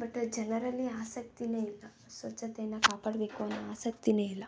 but ಜನರಲ್ಲಿ ಆಸಕ್ತಿಯೇ ಇಲ್ಲ ಸ್ವಚ್ಛತೆಯನ್ನು ಕಾಪಾಡಬೇಕು ಅನ್ನೋ ಆಸಕ್ತಿಯೇ ಇಲ್ಲ